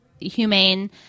humane